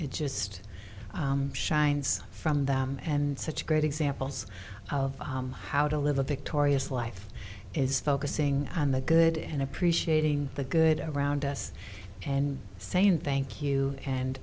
t shines from them and such great examples of how to live a victorious life is focusing on the good and appreciating the good around us and saying thank you and